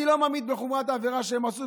אני לא ממעיט בחומרת העבירה שהם עשו,